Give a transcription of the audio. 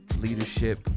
leadership